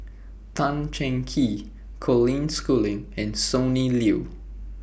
Tan Cheng Kee Colin Schooling and Sonny Liew